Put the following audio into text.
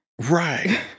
right